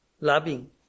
Loving